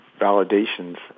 validations